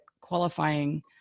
qualifying